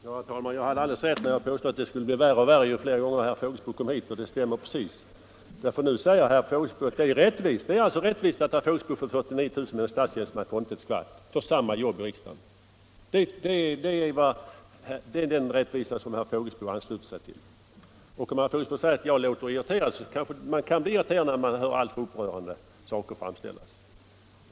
Herr talman! Jag hade alldeles rätt när jag påstod att det skulle bli värre och värre, ju fler gånger herr Fågelsbo begär ordet. Nu säger nämligen herr Fågelsbo att det råder rättvisa. Det är rättvist att herr Fågelsbo får 49 000 kr. medan en statstjänsteman inte får någon ersättning för samma arbete i riksdagen. Det är den rättvisa som herr Fågelsbo ansluter sig till. Herr Fågelsbo säger att jag blir irriterad. Man kan bli irriterad när man hör herr Fågelbos upprörande argumentering.